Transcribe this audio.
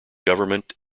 government